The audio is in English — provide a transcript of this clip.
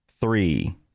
three